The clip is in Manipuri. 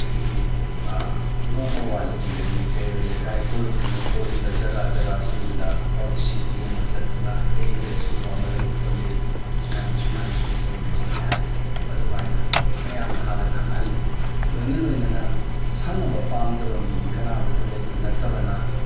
ꯑꯩꯈꯣꯏꯒꯤ ꯅꯣꯡꯃ ꯋꯥꯠꯂꯤꯉꯩꯗꯒꯤ ꯀꯩꯔꯣꯏ ꯂꯩꯀꯥꯏ ꯀꯣꯂꯨꯞꯇꯨꯅ ꯀꯣꯜꯂꯤꯕ ꯖꯒꯥ ꯖꯒꯥꯁꯤꯡꯗꯨꯗ ꯄꯥꯕ꯭ꯂꯤꯁꯤꯇꯤꯒꯨꯝꯕ ꯆꯠꯇꯨꯅ ꯍꯌꯦꯡꯗꯤ ꯑꯁꯤꯒꯨꯝꯕ ꯑꯃ ꯂꯩ ꯈꯣꯠꯂꯤ ꯁꯨꯃꯥꯏꯅ ꯁꯨꯃꯥꯏꯅ ꯁꯨꯝ ꯇꯧꯔꯤ ꯈꯣꯠꯂꯤ ꯍꯥꯏꯕ ꯄꯣꯠꯇꯨ ꯑꯗꯨꯝꯃꯥꯏꯅ ꯃꯌꯥꯝꯅ ꯍꯥꯟꯅ ꯈꯪꯍꯜꯂꯤ ꯂꯣꯏꯅ ꯂꯣꯏꯅꯅ ꯁꯥꯟꯅꯕ ꯄꯥꯝꯗꯕ ꯃꯤꯗꯤ ꯀꯥꯅꯥ ꯑꯃꯇ ꯂꯩꯕ ꯅꯠꯇꯕꯅ